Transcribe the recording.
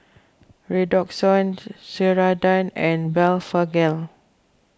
Redoxon Ceradan and Blephagel